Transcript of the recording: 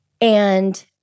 And-